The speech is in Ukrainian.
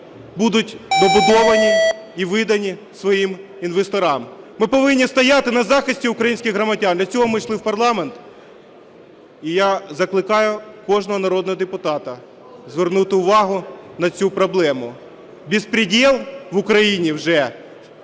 будуть добудовані і видані своїм інвесторам. Ми повинні стояти на захисті українських громадян, для цього ми йшли в парламент. І я закликаю кожного народного депутата звернути увагу на цю проблему. "Бєспрєдєл" в Україні вже